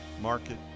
Market